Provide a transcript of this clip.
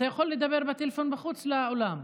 אתה יכול לדבר בטלפון מחוץ לאולם.